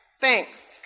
Thanks